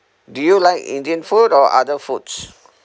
do you like indian food or other foods